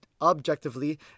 objectively